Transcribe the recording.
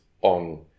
on